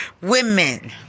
women